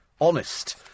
honest